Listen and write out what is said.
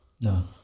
No